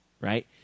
Right